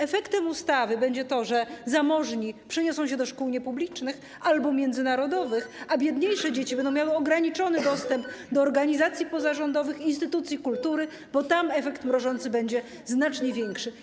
Efektem ustawy będzie to, że zamożni przeniosą się do szkół niepublicznych albo międzynarodowych, a biedniejsze dzieci będą miały ograniczony dostęp do organizacji pozarządowych i instytucji kultury, bo tam efekt mrożący będzie znacznie większy.